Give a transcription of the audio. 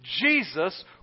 Jesus